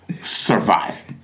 survive